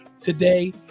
today